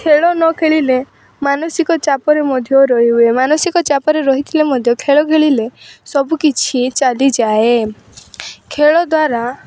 ଖେଳ ନ ଖେଳିଲେ ମାନସିକ ଚାପରେ ମଧ୍ୟ ରହି ମାନସିକ ଚାପରେ ରହିଥିଲେ ମଧ୍ୟ ଖେଳ ଖେଳିଲେ ସବୁ କିଛି ଚାଲିଯାଏ ଖେଳ ଦ୍ୱାରା